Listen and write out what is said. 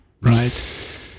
Right